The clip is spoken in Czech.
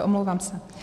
Omlouvám se.